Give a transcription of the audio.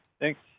Thanks